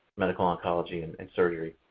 medical oncology, and and surgery.